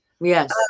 yes